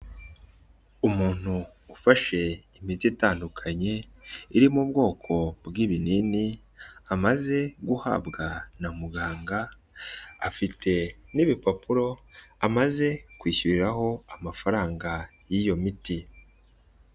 Umuntu ufashe imiti itandukanye iri mu bwoko bw'ibinini amaze guhabwa na muganga afite n'ibipapuro amaze kwishyuriraho amafaranga y'iyo miti.